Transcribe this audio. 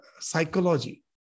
psychology